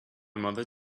mother